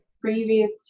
Previous